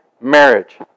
marriage